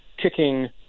kicking